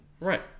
right